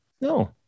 No